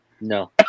No